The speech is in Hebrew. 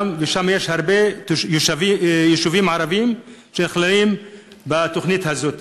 ויש שם הרבה יישובים ערביים שנכללים בתוכנית הזאת.